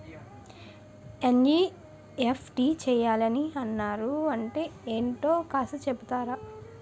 NEFT చేయాలని అన్నారు అంటే ఏంటో కాస్త చెపుతారా?